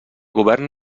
govern